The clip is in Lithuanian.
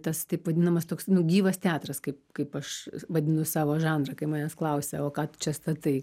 tas taip vadinamas toks nu gyvas teatras kaip kaip aš vadinu savo žanrą kai manęs klausia o ką tu čia statai